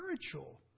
spiritual